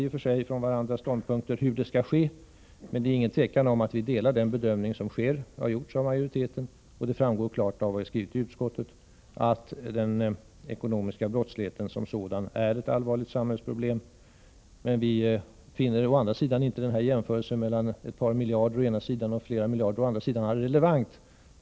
I och för sig kan man säga att våra ståndpunkter ganska kraftigt avviker från varandra. Men det råder inget tvivel om att vi delar den centrala bedömning som gjorts av majoriteten. Det framgår klart av utskottets skrivning att den ekonomiska brottsligheten som sådan är ett allvarligt samhällsproblem. Vi finner dock den jämförelse som gjorts mellan ett par miljarder å ena sidan och flera miljarder å den andra sidan vara irrelevant.